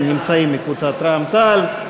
כן, נמצאים מקבוצת רע"ם-תע"ל-מד"ע.